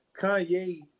Kanye